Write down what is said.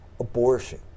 abortion